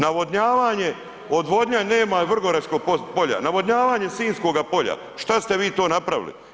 Navodnjavanje, odvodnja nema Vrgoračkog polja, navodnjavanje Sinjskoga polja, šta ste vi to napravili?